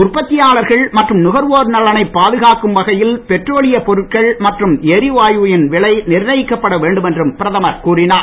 உற்பத்தியாளர்கள் மற்றும் நுகர்வோர் நலனைப் பாதுகாக்கும் வகையில் பெட்ரோலியப் பொருட்கள் மற்றும் எரிவாயுவின் விலை நிர்ணயிக்கப்பட வேண்டும் என்றும் பிரதமர் கூறினார்